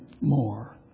more